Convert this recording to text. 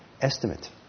estimate